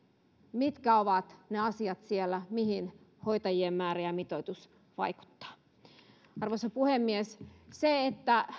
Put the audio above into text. mitkä ovat ne asiat siellä mihin hoitajien määrä ja mitoitus vaikuttavat arvoisa puhemies se että